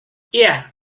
iya